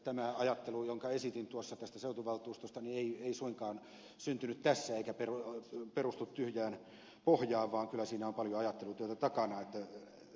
tämä ajattelu jonka esitin tästä seutuvaltuustosta ei suinkaan syntynyt tässä eikä perustu tyhjään pohjaan vaan kyllä siinä on paljon ajattelutyötä takana